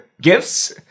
gifts